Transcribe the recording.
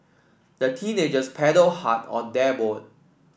the teenagers paddled hard on their boat